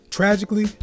Tragically